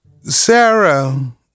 Sarah